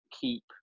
keep